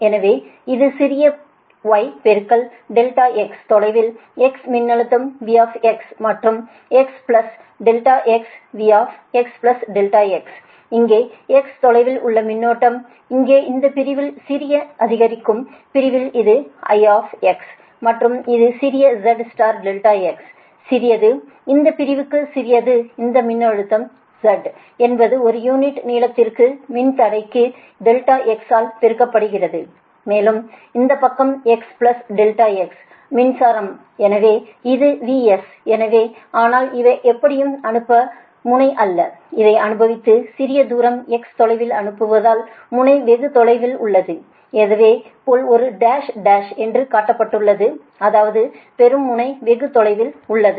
எனவே இது சிறிய y பெருக்கல் ∆x தொலைவில் x மின்னழுத்தம் V மற்றும் x ∆x V x ∆x இங்கே x தொலைவில் உள்ள மின்னோட்டம் இங்கே இந்த பிரிவில் சிறிய அதிகரிக்கும் பிரிவில் இது I மற்றும் இது சிறிய z ∆x சிறியது இந்த பிரிவுக்கு சிறியது இந்த மின்மறுப்பு z என்பது ஒரு யூனிட்நீளத்திற்கு மின்தடையத்தில் ∆x ஆல் பெருக்கப்படுகிறது மேலும் இந்த பக்கம் I x ∆x மின்சாரம் எனவே இது VS எனவே ஆனால் இவை எப்படியும் அனுப்பும் முனை அல்ல இதை அனுப்புவது சிறிய தூரம் x தொலைவில்அனுப்புதல் முனை வெகு தொலைவில் உள்ளது அதே போல் இது டேஷ் டேஷ் என்று காட்டப்பட்டுள்ளது அதாவது பெறும் முனை வெகு தொலைவில் உள்ளது